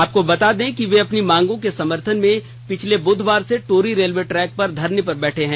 आपको बता दें कि वे अपनी मांगों के समर्थन में पिछले बुधवार से टोरी रेलवे ट्रैक पर धरने पर बैठे हैं